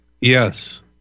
Yes